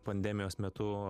pandemijos metu